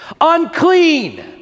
Unclean